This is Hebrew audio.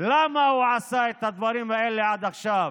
למה הוא עשה את הדברים האלה עד עכשיו,